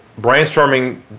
brainstorming